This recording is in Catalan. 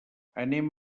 anem